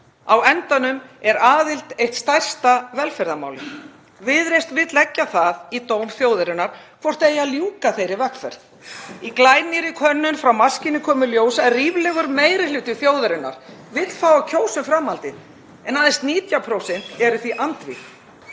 Á endanum er aðild eitt stærsta velferðarmálið. Viðreisn vill leggja það í dóm þjóðarinnar hvort eigi að ljúka þeirri vegferð. Í glænýrri könnun frá Maskínu kom í ljós að ríflegur meiri hluti þjóðarinnar vill fá að kjósa um framhaldið en aðeins 19% eru því andvíg.